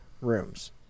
rooms